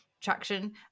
traction